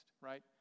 right